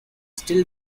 still